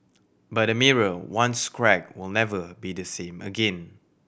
but a mirror once cracked will never be the same again